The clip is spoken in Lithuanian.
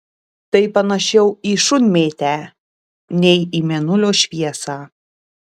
tai panašiau į šunmėtę nei į mėnulio šviesą